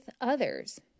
others